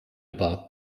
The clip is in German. aber